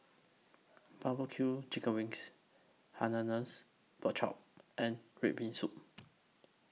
Barbecue Chicken Wings Hainanese Pork Chop and Red Bean Soup